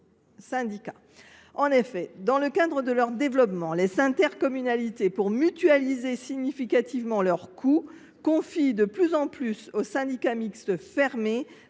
En effet, dans le cadre de leur développement, les intercommunalités, pour mutualiser significativement leurs coûts, confient de plus en plus souvent aux syndicats mixtes fermés